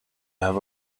have